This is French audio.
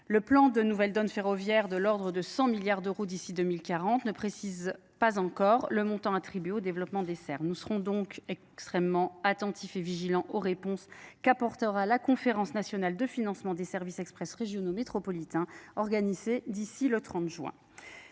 le plan de nouvelles donnes ferroviaires de l'ordre de cent milliards d'euros d'ici deux mille quarante nee précise pas encore le les montant attribué au développement des serres nous serons donc extrêmement attentifs et vigilants aux réponses qu'apportera la conférence nationale de financement des services express régionaux métropolitains organisée d'ici le trente juin